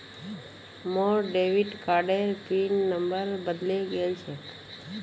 मोर डेबिट कार्डेर pin number बदले गेल छेक